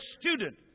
student